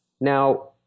Now